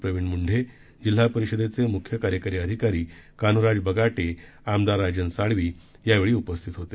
प्रवीण मुंढे जिल्हा परिषदेचे मुख्य कार्यकारी अधिकारी कान्हराज बगाटे आमदार राजन साळवी यावेळी उपस्थित होते